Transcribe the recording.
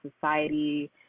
society